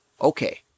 okay